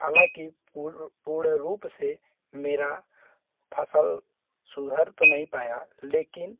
हालाँकि पूर्ण रूप से मेरा फ़सल सुधर तो नहीं पाया लेकिन